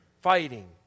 fighting